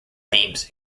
names